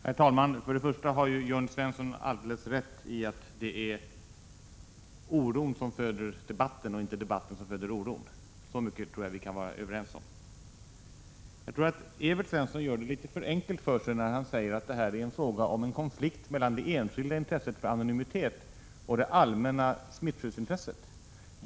Herr talman! Jag vill först säga att Jörn Svensson har helt rätt i att det är oron som föder debatten och inte debatten som föder oron. Så mycket tror jag att vi kan vara överens om. Jag tror att Evert Svensson gör det litet för enkelt för sig när han säger att det är fråga om en konflikt mellan det enskilda intresset av anonymitet och det allmänna smittskyddsintresset.